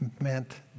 meant